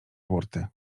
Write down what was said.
burty